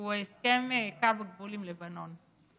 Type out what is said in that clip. הוא הסכם קו הגבול עם לבנון.